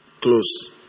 close